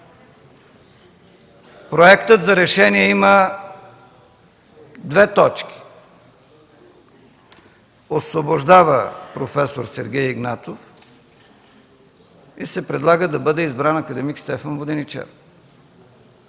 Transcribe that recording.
Проектът за решение има две точки – освобождава проф. Сергей Игнатов и предлага да бъде избран акад. Стефан Воденичаров.